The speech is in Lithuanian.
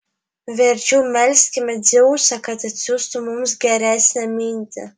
verčiau melskime dzeusą kad atsiųstų mums geresnę mintį